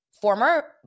former